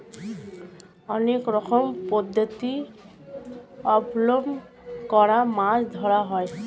অনেক রকম পদ্ধতি অবলম্বন করে মাছ ধরা হয়